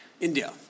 India